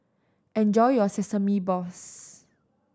enjoy your sesame balls